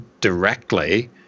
directly